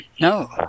No